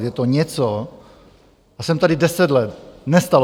Je to něco jsem tady deset let co se nestalo.